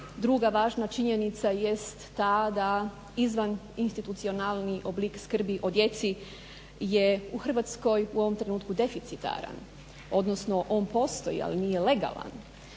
Druga važna činjenica jest ta da izvan institucionalni oblik skrbi o djeci je u Hrvatskoj u ovom trenutku deficitaran, odnosno on postoji, ali nije legalan